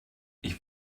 ich